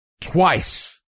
twice